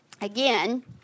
Again